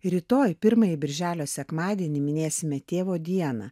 rytoj pirmąjį birželio sekmadienį minėsime tėvo dieną